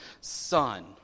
son